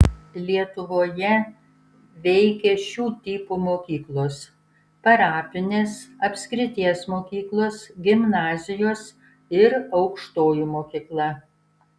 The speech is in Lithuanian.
lietuvoje veikė šių tipų mokyklos parapinės apskrities mokyklos gimnazijos ir aukštoji mokykla